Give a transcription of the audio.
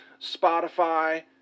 Spotify